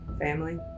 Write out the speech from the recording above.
Family